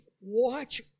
watch